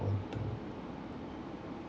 own too